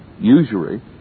usury